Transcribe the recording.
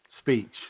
speech